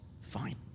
Fine